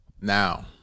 Now